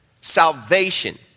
Salvation